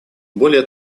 более